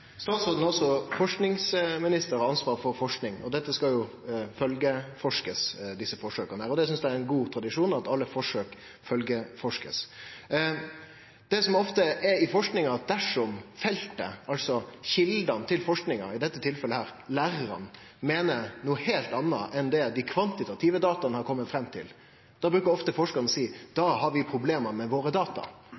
Statsråden er også forskingsminister og har ansvar for forsking, og desse forsøka skal jo bli følgjeforska. Eg synest det er ein god tradisjon at alle forsøk blir følgjeforska. Det som ofte er med forsking, er at dersom feltet, altså kjeldene til forskinga – i dette tilfellet lærarane – meiner noko heilt anna enn det dei kvantitative dataa har kome fram til, da bruker ofte forskarane å seie at da